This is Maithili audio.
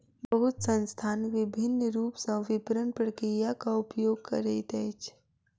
बहुत संस्थान विभिन्न रूप सॅ विपरण प्रक्रियाक उपयोग करैत अछि